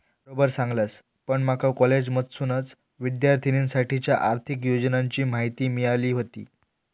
बरोबर सांगलस, पण माका कॉलेजमधसूनच विद्यार्थिनींसाठीच्या आर्थिक योजनांची माहिती मिळाली व्हती